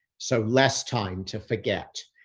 so less time to forget.